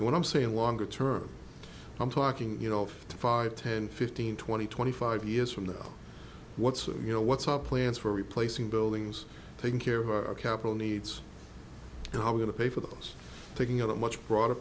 and what i'm saying longer term i'm talking you know of ten fifteen twenty twenty five years from now what's you know what's up plans for replacing buildings taking care of our capital needs and how going to pay for those taking on a much broader